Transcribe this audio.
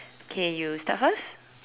okay you start first